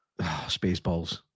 Spaceballs